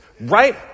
right